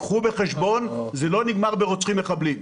קחו בחשבון שזה לא נגמר ברוצחים מחבלים.